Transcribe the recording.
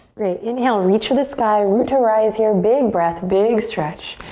great, inhale, reach for the sky, root to rise here. big breath, big stretch.